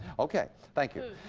okay. thank you.